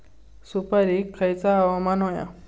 सुपरिक खयचा हवामान होया?